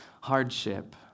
hardship